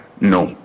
No